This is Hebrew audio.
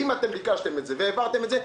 אם ביקשתם את זה והעברתם את זה,